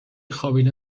خوابیدن